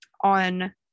on